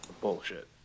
bullshit